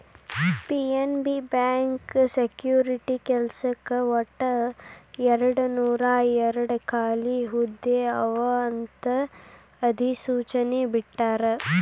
PNB bank security ಕೆಲ್ಸಕ್ಕ ಒಟ್ಟು ಎರಡನೂರಾಯೇರಡ್ ಖಾಲಿ ಹುದ್ದೆ ಅವ ಅಂತ ಅಧಿಸೂಚನೆ ಬಿಟ್ಟಾರ